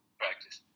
practice